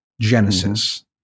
Genesis